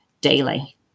daily